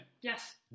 Yes